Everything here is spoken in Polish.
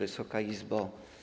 Wysoka Izbo!